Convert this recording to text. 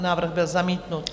Návrh byl zamítnut.